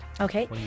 Okay